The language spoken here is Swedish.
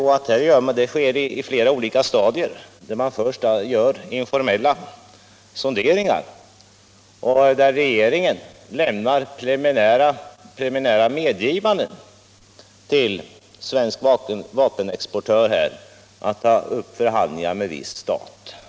Det sker i flera olika stadier varvid regeringen först gör informella sonderingar och sedan, som i detta fall, lämnar preliminära medgivanden till svensk vapenexportör att ta upp förhandlingar med viss stat.